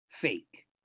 Fake